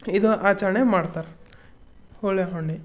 ಇದು ಆಚರಣೆ ಮಾಡ್ತಾರೆ ಹೋಳಿ ಹುಣ್ಣಿ